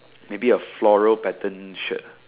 maybe a floral patterned shirt